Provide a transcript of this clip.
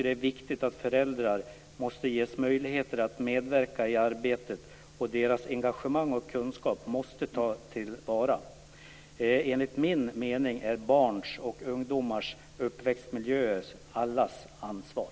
Det är viktigt att föräldrar ges möjlighet att medverka i arbetet. Deras engagemang och kunskaper måste tas till vara. Enligt min mening är barns och ungdomars uppväxtmiljöer allas ansvar.